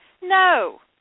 No